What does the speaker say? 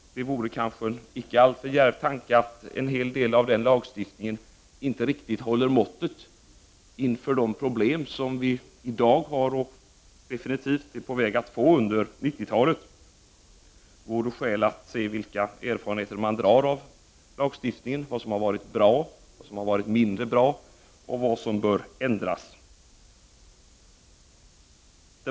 En icke alltför djärv tanke vore kanske att en del av lagstiftningen inte riktigt håller måttet med tanke på de problem som vi i dag har och som vi definitivt är på väg att få under 90-talet. Det vore skäl att se vilka erfarenheter man har av lagstiftningen — vad som har varit bra, vad som har varit mindre bra och vad som bör ändras.